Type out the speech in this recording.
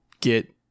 get